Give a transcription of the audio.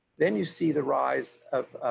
then you see the rise of